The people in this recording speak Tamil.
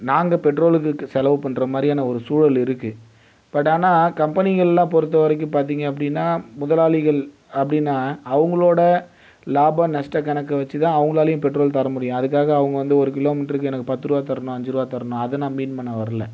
நாங்கள் பெட்ரோலுக்கு செலவு பண்ணுற மாதிரியான ஒரு சூழல் இருக்குது பட் ஆனால் கம்பெனிகள்லாம் பொறுத்த வரைக்கும் பார்த்திங்க அப்படின்னா முதலாளிகள் அப்படின்னா அவங்களோட லாப நஷ்ட கணக்கை வெச்சி தான் அவங்களாலையும் பெட்ரோல்க்கு தர முடியும் அதுக்காக அவங்க வந்து ஒரு கிலோமீட்டருக்கு எனக்கு பத்து ரூபாய் தரணும் அஞ்சு ரூபாய் தரணும் அதை நான் மீன் பண்ண வரலை